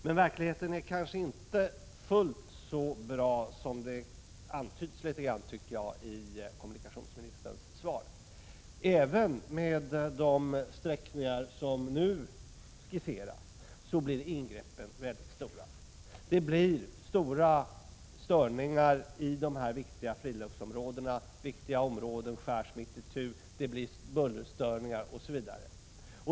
Men verkligheten är kanske inte fullt så bra som det antyds i kommunikationsministerns svar. Även med de sträckningar som nu skisseras blir ingreppen mycket stora. Det blir stora störningar i friluftsområdena, viktiga områden skärs mitt itu, och man får bullerstörningar osv.